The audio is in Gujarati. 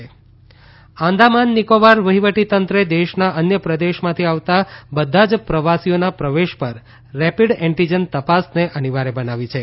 આંદામાન નિકોબાર આંદામાન નિકોબાર વહીવટી તંત્રે દેશના અન્ય પ્રદેશમાંથી આવતા બધા જ પ્રવાસીઓના પ્રવેશ પર રેપીડ એન્ટીજન તપાસને અનિવાર્થ બનાવી છે